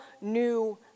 new